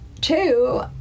two